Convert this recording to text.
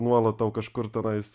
nuolat tau kažkur tenais